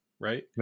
right